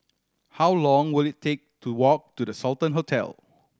how long will it take to walk to The Sultan Hotel